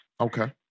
Okay